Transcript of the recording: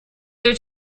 their